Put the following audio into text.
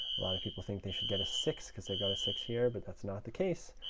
a lot of people think they should get a six because they've got a six here, but that's not the case,